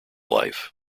life